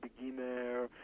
beginner